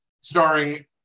starring